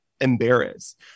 embarrassed